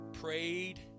prayed